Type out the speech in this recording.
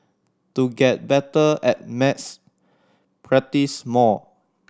to get better at maths practise more